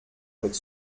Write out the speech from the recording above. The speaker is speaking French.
avec